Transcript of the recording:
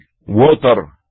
water